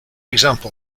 example